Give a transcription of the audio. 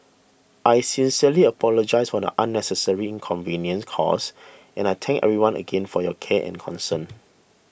I sincerely apologise for the unnecessary inconveniences caused and I thank everyone again for your care and concern